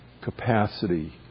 capacity